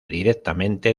directamente